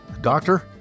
doctor